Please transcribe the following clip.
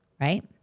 right